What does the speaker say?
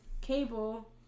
cable